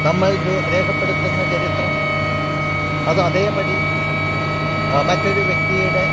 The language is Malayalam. നമ്മൾ രേഖപ്പെടുത്തുന്ന ചരിത്രം അത് അതെപ്പടി മറ്റൊരു വ്യക്തിയുടെ